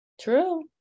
true